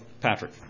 Patrick